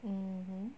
mmhmm